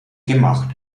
gemacht